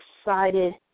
excited